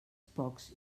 pocs